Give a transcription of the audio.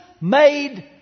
made